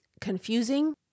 confusing